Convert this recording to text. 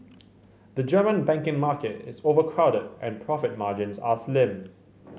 the German banking market is overcrowded and profit margins are slim